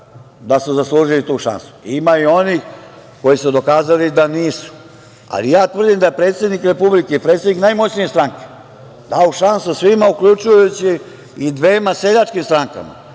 da su zaslužili tu šansu. Ima i onih koji su dokazali da nisu. Ali ja tvrdim da je predsednik Republike i predsednik najmoćnije stranke dao šansu svima, uključujući i dvema seljačkim strankama,